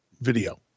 video